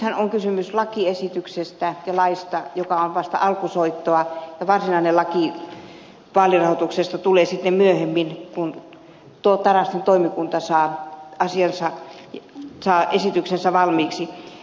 nythän on kysymys lakiesityksestä ja laista joka on vasta alkusoittoa ja varsinainen laki vaalirahoituksesta tulee sitten myöhemmin kun tuo tarastin toimikunta saa esityksensä valmiiksi